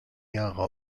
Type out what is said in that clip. jahre